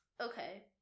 okay